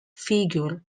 figure